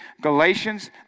Galatians